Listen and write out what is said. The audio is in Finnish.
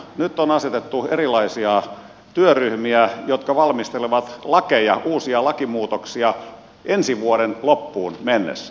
nyt on asetettu erilaisia työryhmiä jotka valmistelevat lakeja uusia lakimuutoksia ensi vuoden loppuun mennessä